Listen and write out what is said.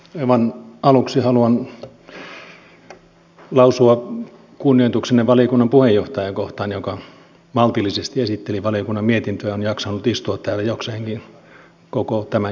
aivan aluksi haluan lausua kunnioitukseni valiokunnan puheenjohtajaa kohtaan joka maltillisesti esitteli valiokunnan mietintöä ja on jaksanut istua täällä jokseenkin koko tämän keskustelun ajan